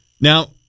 Now